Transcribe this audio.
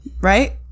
Right